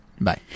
Bye